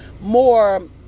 more